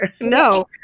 No